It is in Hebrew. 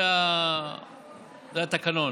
זה התקנון.